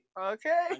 Okay